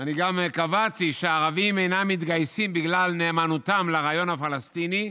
אני גם קבעתי שהערבים אינם מתגייסים בגלל נאמנותם לרעיון הפלסטיני,